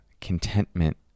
contentment